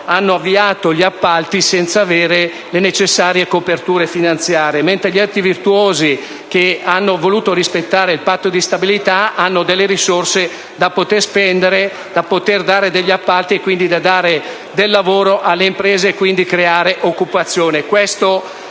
hanno avviato gli appalti senza avere le necessarie coperture finanziarie, mentre gli enti virtuosi che hanno voluto rispettare il Patto di stabilità hanno delle risorse da poter spendere in appalti dando lavoro alle imprese e, quindi, creando occupazione.